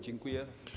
Dziękuję.